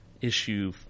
issue